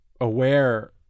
aware